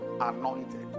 anointed